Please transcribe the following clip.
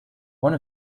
one